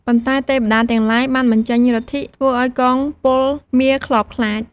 ប៉ុន្តែទេវតាទាំងឡាយបានបញ្ចេញឫទ្ធិធ្វើឲ្យកងពលមារខ្លបខ្លាច។